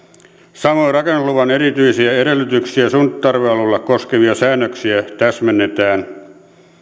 samoin rakennusluvan erityisiä edellytyksiä suunnittelutarve alueella koskevia säännöksiä täsmennetään